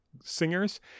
singers